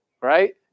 right